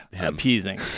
appeasing